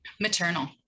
maternal